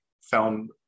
found